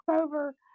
over